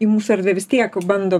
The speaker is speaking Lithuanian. į mūsų erdvę vis tiek bando